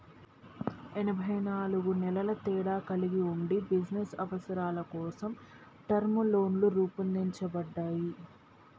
ఎనబై నాలుగు నెలల తేడా కలిగి ఉండి బిజినస్ అవసరాల కోసం టర్మ్ లోన్లు రూపొందించబడ్డాయి